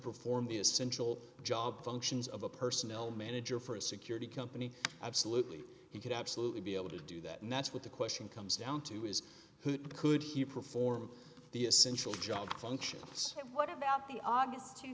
perform the essential job functions of a personnel manager for a security company absolutely he could absolutely be able to do that and that's what the question comes down to is who could he perform the essential job functions what about the august